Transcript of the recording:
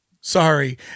sorry